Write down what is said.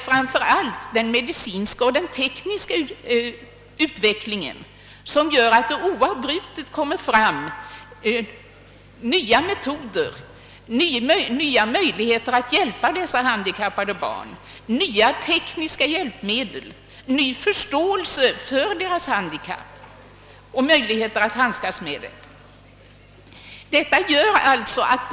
Framför allt den tekniska och medicinska utvecklingen medför att det oavbrutet kommer nya metoder, nya möjligheter att hjälpa dessa handikappade barn, ny förståelse för deras handikapp och deras möjligheter att bemästra det.